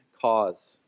cause